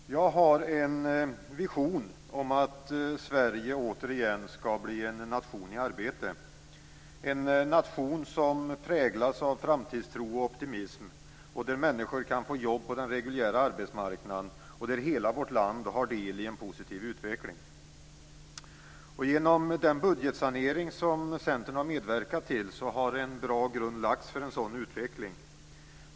Fru talman! Jag har en vision om att Sverige återigen skall bli en nation i arbete. Sverige skall vara en nation som präglas av framtidstro och optimism, där människor kan få jobb på den reguljära arbetsmarknaden och där hela vårt land har del i en positiv utveckling. Med hjälp av den budgetsanering som Centern har medverkat till har en bra grund lagts för en sådan utveckling.